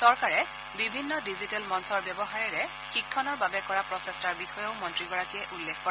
চৰকাৰে বিভিন্ন ডিজিটেল মঞ্চৰ ব্যৱহাৰেৰে শিক্ষণৰ বাবে কৰা প্ৰচেষ্টাৰ বিষয়েও মন্ত্ৰীগৰাকীয়ে উল্লেখ কৰে